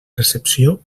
recepció